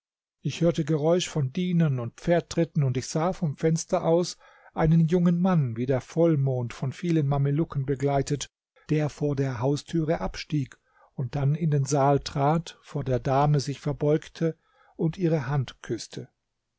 ich hörte geräusch von dienern und pferdtritten und ich sah vom fenster aus einen jungen mann wie der vollmond von vielen mamelucken begleitet der vor der haustüre abstieg dann in den saal trat vor der dame sich verbeugte und ihre hand küßte